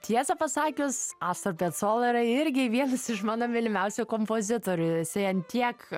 tiesą pasakius astra piecola yra irgi vienas iš mano mylimiausių kompozitorių jisai ant tiek